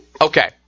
Okay